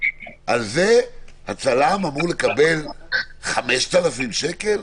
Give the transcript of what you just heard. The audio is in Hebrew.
על זה הצלם אמור לקבל קנס של 5,000 שקל?